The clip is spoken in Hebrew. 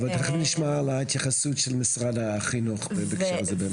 תכף נשמע התייחסות של משרד החינוך בהקשר לזה בהמשך.